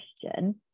question